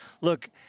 Look